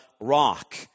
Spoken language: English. rock